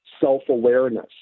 self-awareness